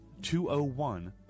201